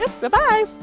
Goodbye